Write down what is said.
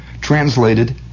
translated